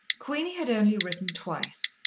queenie had only written twice.